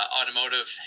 Automotive